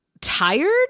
tired